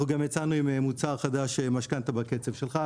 אנחנו גם יצאנו עם מוצר חדש, "משכנתא בקצב שלך".